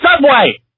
subway